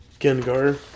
Gengar